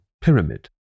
pyramid